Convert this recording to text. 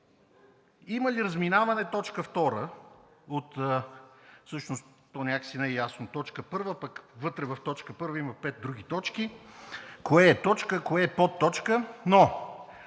има ли разминаване – точка 2 от…, всъщност то някак си не е ясно, точка 1 пък вътре в точка 1 има пет други точки – кое е точка, кое е подточка?! Но